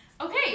Okay